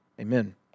Amen